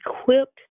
equipped